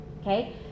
Okay